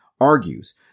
argues